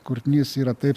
kurtinys yra taip